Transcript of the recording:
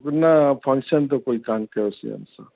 न फंक्शन त कोई कनि कयोसीं असां